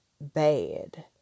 bad